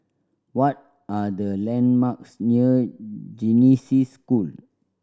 what are the landmarks near Genesis School